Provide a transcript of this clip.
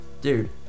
dude